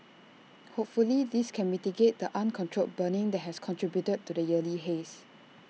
hopefully this can mitigate the uncontrolled burning that has contributed to the yearly haze